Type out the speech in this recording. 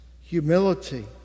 humility